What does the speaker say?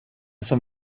som